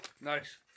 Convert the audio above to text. Nice